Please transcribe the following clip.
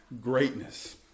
greatness